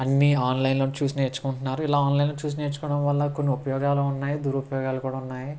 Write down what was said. అన్నీ ఆన్లైన్లో చూసి నేర్చుకుంటున్నారు ఇలా ఆన్లైన్లో చూసి నేర్చుకోటం వల్ల కొన్ని ఉపయోగాలు ఉన్నాయి దురపయోగాలు కూడా ఉన్నాయి